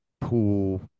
pool